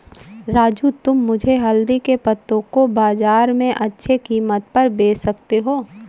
राजू तुम मुझे हल्दी के पत्तों को बाजार में अच्छे कीमत पर बेच सकते हो